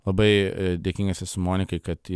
labai dėkingas esu monikai kad ji